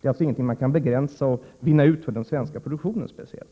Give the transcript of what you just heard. Det är alltså ingenting som kan begränsas och vinnas ut för svensk produktion speciellt.